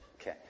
Okay